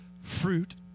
fruit